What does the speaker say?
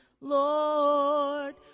Lord